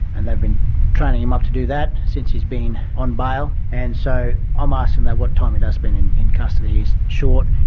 and they've been training him up to do that since he's been on bail, and so um ah so asking that what time he does spend in in custody is short.